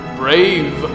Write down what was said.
brave